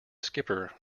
skipper